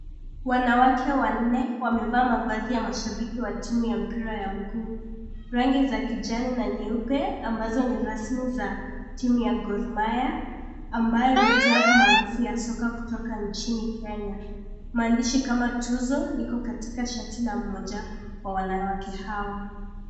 Wanawake wanne wamevaa mavazi ya mashabiki wa timu ya mpira ya mgungu. Rangi za kijani na nyeupe ambazo ni rasmi za timu ya Ghormaia, ambayo ni klabu marufu ya soka kutoka nchini Kenya. Mandishi kama tuzo, liko katika shati la mmoja wa wanawake hao.